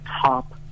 top